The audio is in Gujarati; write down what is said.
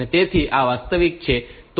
તેથી આ વાસ્તવિક છે